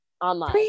online